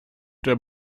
der